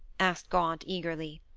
asked gaunt eagerly.